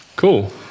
Cool